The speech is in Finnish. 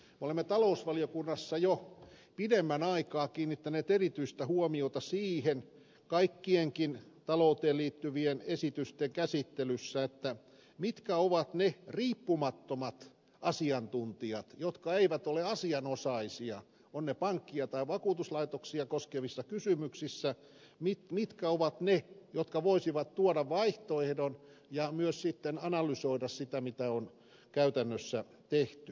me olemme talousvaliokunnassa jo pidemmän aikaa kiinnittäneet erityistä huomiota kaikkienkin talouteen liittyvien esitysten käsittelyssä siihen mitkä ovat ne riippumattomat asiantuntijat jotka eivät ole asianosaisia ovat ne sitten pankkia tai vakuutuslaitoksia koskevia kysymyksiä mitkä ovat ne jotka voisivat tuoda vaihtoehdon ja myös sitten analysoida sitä mitä on käytännössä tehty